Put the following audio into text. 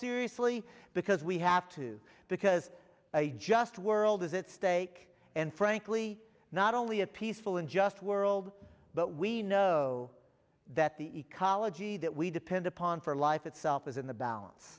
seriously because we have to because a just world is at stake and frankly not only a peaceful and just world but we know that the ecology that we depend upon for life itself is in the balance